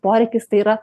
poreikis tai yra